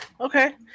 Okay